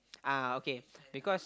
uh okay because